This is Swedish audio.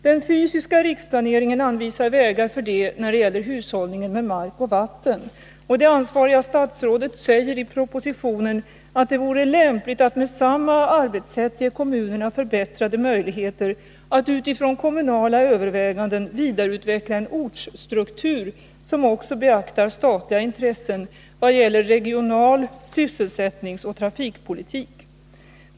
Den fysiska riksplaneringen anvisar vägar för det när det gäller hushållningen med mark och vatten, och det ansvariga statsrådet säger i propositionen att det vore lämpligt att med samma arbetssätt ge kommunerna förbättrade möjligheter att utifrån kommunala överväganden vidareutveckla en ortsstruktur som också beaktar statliga intressen vad gäller regional-, sysselsättningsoch trafikpolitik.